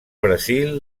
brasil